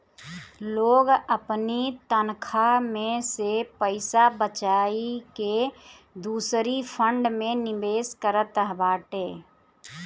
लोग अपनी तनखा में से पईसा बचाई के दूसरी फंड में निवेश करत बाटे